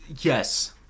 yes